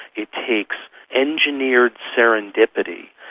it takes engineered serendipity,